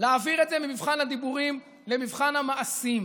להעביר את זה ממבחן הדיבורים למבחן המעשים,